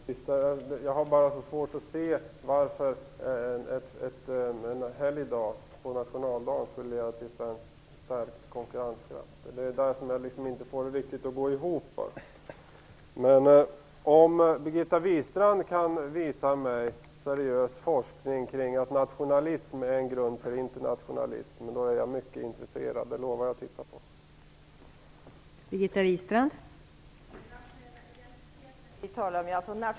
Fru talman! Jag har bara svårt att se varför det skulle leda till stärkt konkurrenskraft om nationaldagen blev helgdag. Jag får det inte riktigt att gå ihop. Om Birgitta Wistrand kan visa mig seriös forskning som säger att nationalism är en grund för internationalism är jag mycket intresserad, och jag lovar att titta på det.